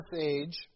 age